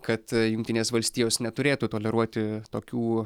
kad jungtinės valstijos neturėtų toleruoti tokių